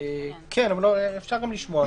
כי אנחנו מחילים את זה על כל הסעיפים שיש בפרק הזה.